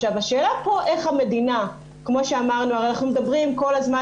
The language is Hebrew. השאלה פה איך המדינה הרי אנחנו מדברים כל הזמן,